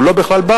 הוא לא בא בכלל.